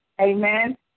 Amen